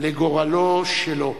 לגורלו שלו.